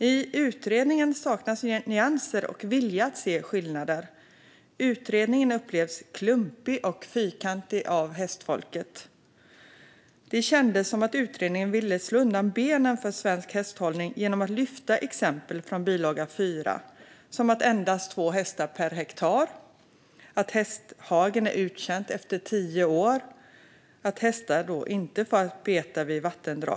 I utredningen saknas nyanser och vilja att se skillnader. Utredningen upplevs som klumpig och fyrkantig av hästfolket. Det kändes som att utredningen ville slå undan benen för svensk hästhållning genom att i bilaga 4 lyfta fram exempel som att det endast bör vara två hästar per hektar, att en hästhage är uttjänt efter tio år och att hästar inte ska beta vid vattendrag.